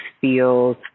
feels